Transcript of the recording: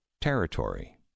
territory